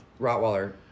Rottweiler